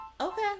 Okay